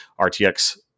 RTX